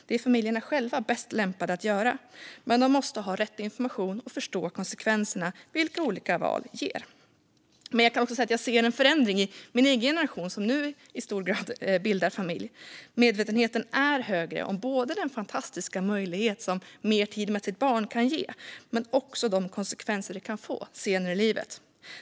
Det är familjerna själva bäst lämpade att avgöra. Men de måste ha rätt information och förstå konsekvenserna av olika val. Jag ser också en förändring i min egen generation som nu i hög grad bildar familj. Medvetenheten är högre om både den fantastiska möjlighet som mer tid med ens barn kan ge och också de konsekvenser det kan få senare i livet.